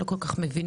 לא כל כך מבינים,